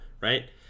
right